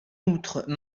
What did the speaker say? outre